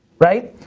right?